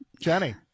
Jenny